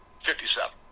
Fifty-seven